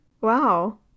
Wow